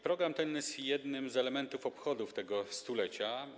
Program ten jest jednym z elementów obchodów tego 100-lecia.